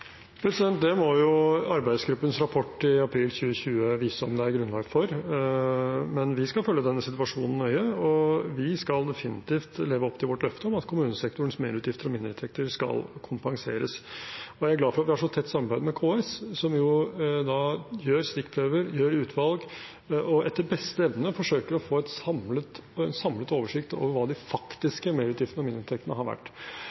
Det må arbeidsgruppens rapport i april 2021 vise om det er grunnlag for. Men vi skal følge denne situasjonen nøye. Vi skal definitivt leve opp til vårt løfte om at kommunesektorens merutgifter og mindreinntekter skal kompenseres. Jeg er glad for at vi har et så tett samarbeid med KS, som tar stikkprøver, gjør utvalg og etter beste evne forsøker å få en samlet oversikt over hva de faktiske merutgiftene og mindreinntektene har vært.